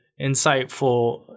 insightful